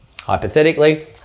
hypothetically